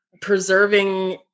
preserving